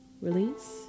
release